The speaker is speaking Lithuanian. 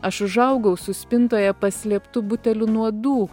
aš užaugau su spintoje paslėptu buteliu nuodų